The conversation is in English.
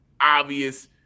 obvious